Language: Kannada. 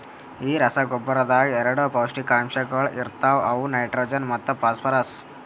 ಈ ರಸಗೊಬ್ಬರದಾಗ್ ಎರಡ ಪೌಷ್ಟಿಕಾಂಶಗೊಳ ಇರ್ತಾವ ಅವು ನೈಟ್ರೋಜನ್ ಮತ್ತ ಫಾಸ್ಫರ್ರಸ್